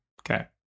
Okay